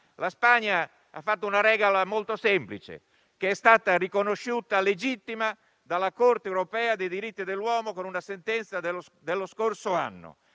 la Spagna? Ha fatto una regola molto semplice, che è stata riconosciuta legittima dalla Corte europea dei diritti dell'uomo con una sentenza dello scorso anno: